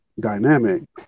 dynamic